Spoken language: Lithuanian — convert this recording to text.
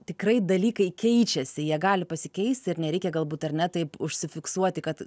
tikrai dalykai keičiasi jie gali pasikeisti ir nereikia galbūt ar ne taip užsifiksuoti kad